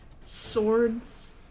swords